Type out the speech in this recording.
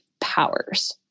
powers